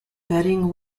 betting